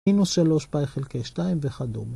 ‫מינוס שלוש פאי חלקי שתיים וכדומה.